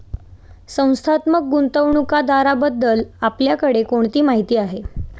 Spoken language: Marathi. संस्थात्मक गुंतवणूकदाराबद्दल आपल्याकडे कोणती माहिती आहे?